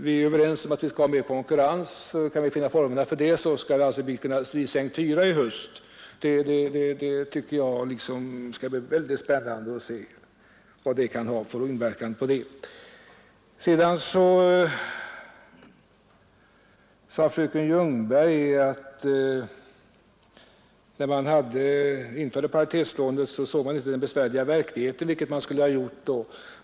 Vi är överens om att det bör finnas mer konkurrens. Kan vi finna former för detta, kan det alltså bli sänkt hyra i höst. Jag tycker det skall bli spännande att se vad det kan leda till. Fröken Ljungberg sade att när man införde paritetslånen såg man inte den besvärliga verkligheten.